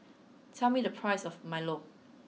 tell me the price of Milo